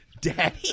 Daddy